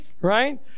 Right